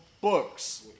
books